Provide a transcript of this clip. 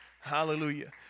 Hallelujah